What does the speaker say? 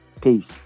peace